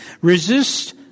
Resist